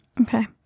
Okay